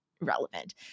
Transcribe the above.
relevant